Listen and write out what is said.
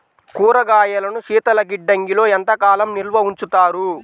కూరగాయలను శీతలగిడ్డంగిలో ఎంత కాలం నిల్వ ఉంచుతారు?